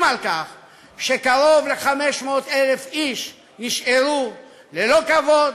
על כך שקרוב ל-500,000 איש נשארו ללא כבוד,